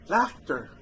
Laughter